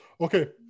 Okay